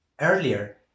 earlier